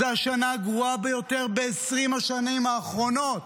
זו השנה הגרועה ביותר ב-20 השנים האחרונות.